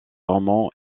roman